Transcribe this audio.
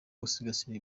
gusigasira